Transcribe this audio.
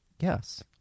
Yes